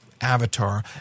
avatar